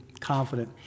confident